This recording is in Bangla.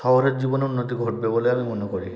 শহরের জীবনে উন্নতি ঘটবে বলে আমি মনে করি